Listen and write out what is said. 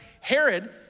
Herod